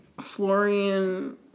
Florian